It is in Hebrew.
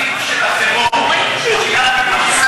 נקבעו הגבולות בחוק-יסוד, יש לנו חוק-יסוד.